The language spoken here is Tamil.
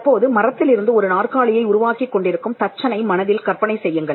தற்போது மரத்திலிருந்து ஒரு நாற்காலியை உருவாக்கிக் கொண்டிருக்கும் தச்சனை மனதில் கற்பனை செய்யுங்கள்